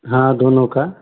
हाँ दोनों का